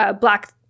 black –